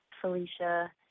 Felicia